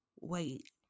Wait